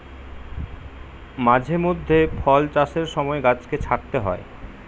মাঝে মধ্যে ফল চাষের সময় গাছকে ছাঁটতে হয়